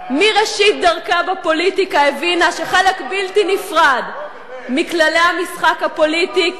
מראשית דרכה בפוליטיקה הבינה שחלק בלתי נפרד מכללי המשחק הפוליטי,